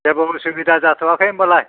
जेबो उसुबिदा जाथ'आखै होनबालाय